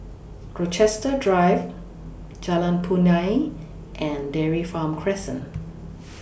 Rochester Drive Jalan Punai and Dairy Farm Crescent